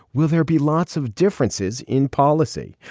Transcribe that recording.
will there be lots of differences in policy.